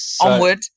onward